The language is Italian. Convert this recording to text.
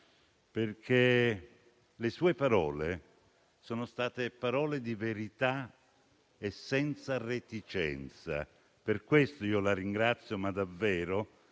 perché le sue parole sono state parole di verità e senza reticenza. Per questo la ringrazio davvero,